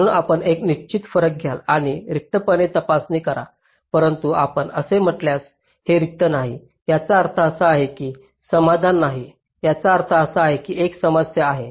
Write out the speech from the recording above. म्हणून आपण एक निश्चित फरक घ्याल आणि रिक्तपणाची तपासणी करा परंतु आपण असे म्हणाल्यास हे रिक्त नाही याचा अर्थ असा नाही की हे समाधानी नाही याचा अर्थ असा की येथे एक समस्या आहे